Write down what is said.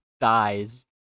dies